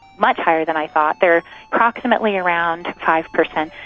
much higher than i thought. they're approximately around five percent.